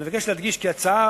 אני מבקש להדגיש כי ההצעה